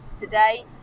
today